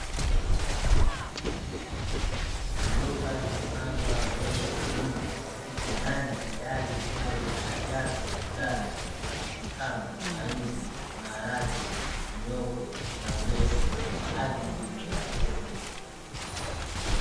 Viroba vilivyopangwa mbele ya nyumba huku ndani tayari vikiwa vimeshajazwa bidhaa za chakula, kama mahindi, maharage, mihogo na ulezi, kwaajili ya wateja.